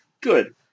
good